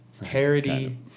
Parody